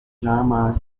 drama